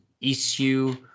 issue